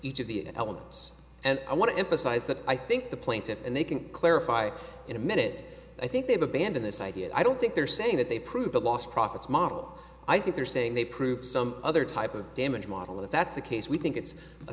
each of the elements and i want to emphasize that i think the plaintiffs and they can clarify in a minute i think they've abandoned this idea i don't think they're saying that they prove the lost profits model i think they're saying they prove some other type of damage model if that's the case we think it's